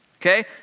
okay